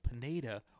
Pineda